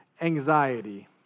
anxiety